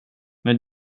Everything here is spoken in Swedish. men